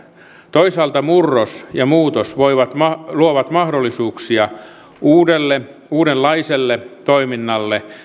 toisaalta murros ja muutos luovat mahdollisuuksia uudelle uudenlaiselle toiminnalle